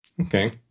Okay